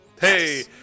Hey